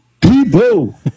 people